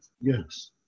Yes